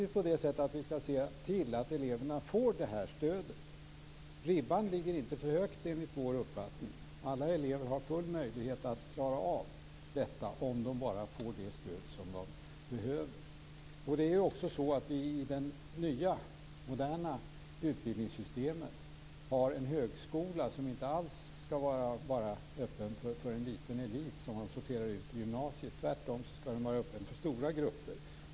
Vi ska naturligtvis se till att eleverna får det här stödet. Ribban ligger enligt vår uppfattning inte för högt. Alla elever har full möjlighet att klara av detta om de bara får det stöd de behöver. Det är också så att vi i det nya moderna utbildningssystemet har en högskola som inte alls bara ska vara öppen för en liten elit som man sorterar ut i gymnasiet. Tvärtom ska den vara öppen för stora grupper.